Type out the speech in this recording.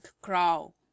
crow